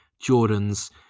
Jordan's